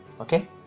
Okay